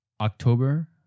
October